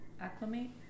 acclimate